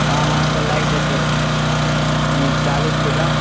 आम अहाँकेॅं लागि जेतै चालीस टके